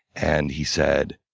and he said,